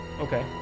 Okay